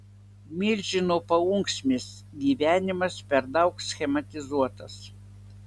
milžino paunksmės gyvenimas per daug schematizuotas